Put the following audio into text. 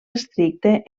estricte